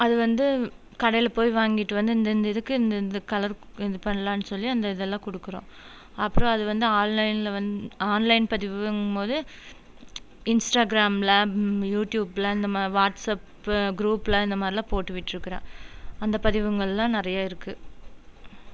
அது வந்து கடையில் போய் வாங்கிட்டு வந்து இந்தந்த இதுக்கு இந்தந்த கலர் இது பண்ணலான்னு சொல்லி அந்த இதெல்லாம் கொடுக்குறோம் அப்புறம் அது வந்து ஆன்லைன் ஆன்லைன் பதிவுங்கும் போது இன்ஸ்டாக்ராமில் யூடியூப்பில் அந்த மாதிரி வாட்ஸ்ஆஃப்பு குரூப்பில் இந்த மாதிரிலாம் போட்டுவிட்டிருக்குறேன் அந்த பதிவுங்களெலாம் நிறையா இருக்குது